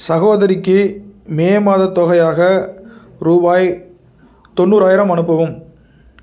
சகோதரிக்கு மே மாதத் தொகையாக ரூபாய் தொண்ணூறாயிரம் அனுப்பவும்